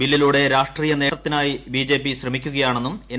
ബില്ലിലൂടെ രാഷ്ട്രീയ നേട്ടത്തിനായി ബിജെപി ശ്രമിക്കുകയാണെന്നും എൻ